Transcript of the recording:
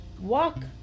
walk